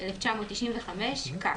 שעה)